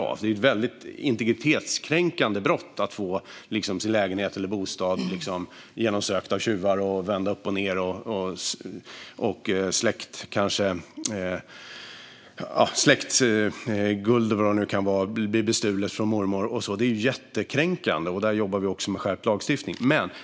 Det handlar ju om ett väldigt integritetskränkande brott att få sin bostad genomsökt av tjuvar som vänder upp och ned på allt och stjäl guld eller vad det nu kan vara efter mormor. Det är jättekränkande, och där jobbar vi också med skärpt lagstiftning.